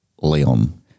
Leon